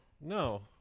no